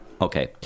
Okay